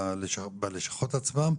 בלשכות עצמן,